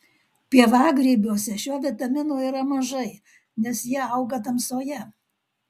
pievagrybiuose šio vitamino yra mažai nes jie auga tamsoje